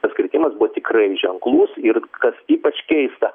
tas kritimas buvo tikrai ženklus ir kas ypač keista